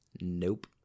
nope